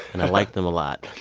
and i like them a lot.